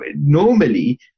normally